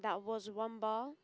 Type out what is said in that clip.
that was one ball